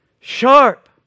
Sharp